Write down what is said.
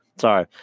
Sorry